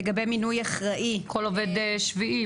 לגבי מינוי אחראי -- כל עובד שביעי,